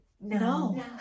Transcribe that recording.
No